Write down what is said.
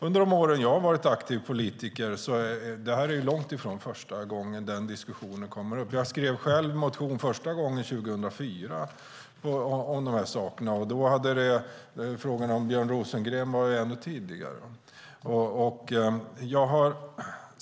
Under de år jag har varit aktiv politiker är det här långt ifrån första gången som diskussionen kommer upp. Jag skrev själv en motion om de här sakerna första gången 2004, och då var frågan om Björn Rosengren ännu tidigare.